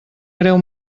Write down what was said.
greu